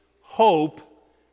hope